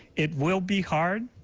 it will be hard,